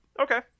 okay